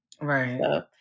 Right